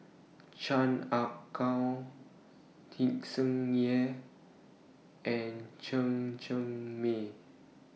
Chan Ah Kow Tsung Yeh and Chen Cheng Mei